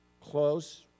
close